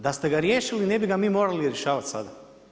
Da ste ga riješili ne bi ga mi morali rješavati sada.